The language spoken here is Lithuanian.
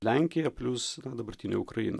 lenkija plius dabartinė ukraina